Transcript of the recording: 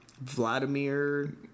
Vladimir